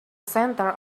center